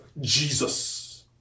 Jesus